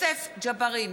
(קוראת בשמות חברי הכנסת) יוסף ג'בארין,